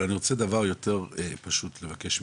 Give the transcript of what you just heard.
אבל אני רוצה דבר פשוט לבקש מכם,